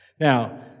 Now